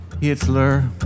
Hitler